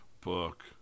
book